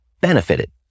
benefited